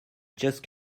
just